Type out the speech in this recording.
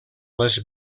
les